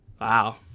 wow